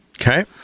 okay